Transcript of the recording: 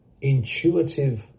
intuitive